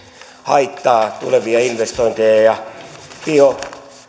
haittaa tulevia investointeja ja